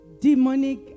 demonic